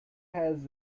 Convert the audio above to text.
has